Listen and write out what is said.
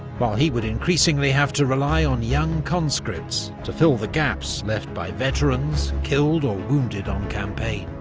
while he would increasingly have to rely on young conscripts to fill the gaps left by veterans killed or wounded on campaign.